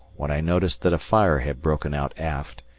when i noticed that a fire had broken out aft,